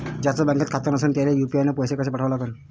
ज्याचं बँकेत खातं नसणं त्याईले यू.पी.आय न पैसे कसे पाठवा लागन?